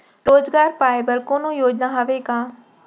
रोजगार पाए बर कोनो योजना हवय का?